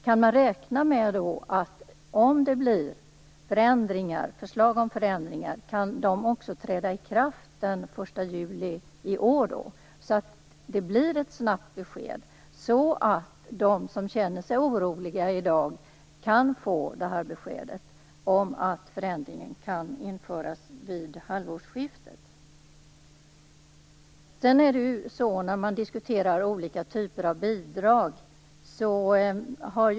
Kan vi då räkna med att förändringar, om det kommer förslag om sådana, också träder i kraft den första juli i år, så att det blir ett snabbt besked, så att de som känner sig oroliga i dag får besked om att förändringar kan införas vid halvårsskiftet? Vi har diskuterat olika typer av bidrag.